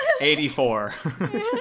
84